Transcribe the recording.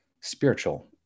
spiritual